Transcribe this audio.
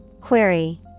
Query